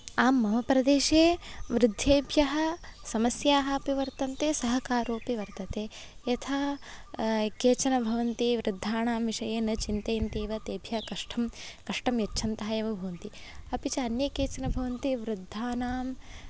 आम् मम प्रदेशे वृद्धेभ्यः समस्याः अपि वर्तन्ते सहकारोऽपि वर्तते यथा केचन भवन्ति वृद्धानां विषये न चिन्तयन्ति एव तेभ्यः कष्टं कष्टं यच्छन्तः एव भवन्ति अपि च अन्ये केचन भवति वृद्धानां